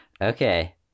Okay